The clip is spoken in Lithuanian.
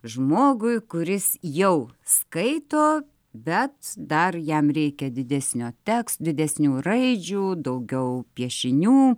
žmogui kuris jau skaito bet dar jam reikia didesnio teks didesnių raidžių daugiau piešinių